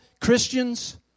Christians